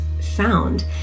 found